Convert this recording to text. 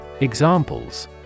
Examples